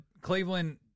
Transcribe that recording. Cleveland